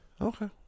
Okay